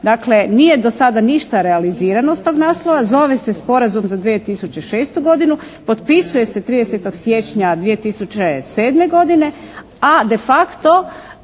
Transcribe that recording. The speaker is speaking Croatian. Dakle, nije do sada ništa realizirano s tog naslova. Zove se Sporazum za 2006. godinu. Potpisuje se 30. siječnja 2007. godine, a de facto